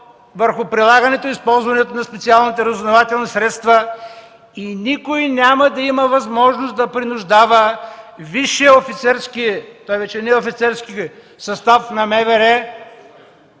върху прилагането и използването на специалните разузнавателни средства. Никой няма да има възможност да принуждава висшия офицерски състав на МВР,